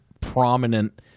prominent